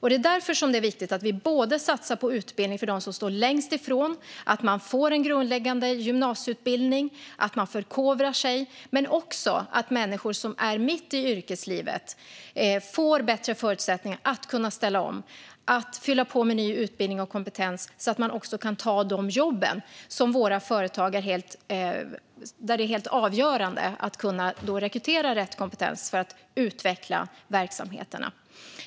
Det är därför som det är viktigt att vi satsar på utbildning för dem som står längst ifrån, att de får en grundläggande gymnasieutbildning och att de förkovrar sig. Men det är också viktigt att människor som är mitt i yrkeslivet får bättre förutsättningar att ställa om genom att fylla på med ny utbildning och kompetens, så att man kan ta de jobb där det är helt avgörande att ha rätt kompetens för att utveckla verksamheterna.